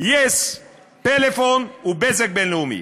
yes, "פלאפון" ו"בזק בינלאומי".